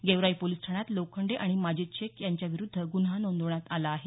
Georai police ठाण्यात लोखंडे आणि माजीद शेख विरूध्द गुन्हा नोंदवण्यात आला आहे